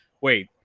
Wait